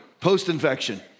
Post-infection